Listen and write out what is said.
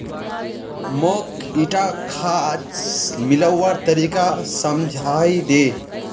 मौक ईटा खाद मिलव्वार तरीका समझाइ दे